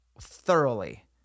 thoroughly